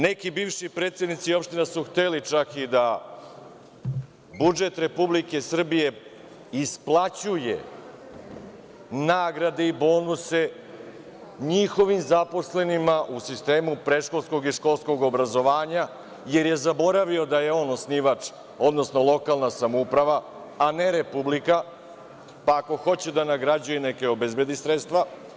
Neki bivši predsednici opština su hteli čak i da budžet Republike Srbije isplaćuje nagrade i bonuse njihovim zaposlenima u sistemu predškolskog i školskog obrazovanja, jer je zaboravio da je on osnivač, odnosno lokalna samouprava, a ne Republika, pa ako hoće da nagrađuje, nek obezbedi sredstva.